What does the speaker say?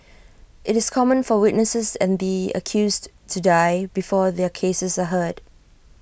IT is common for witnesses and the accused to die before their cases are heard